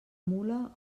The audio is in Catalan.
mula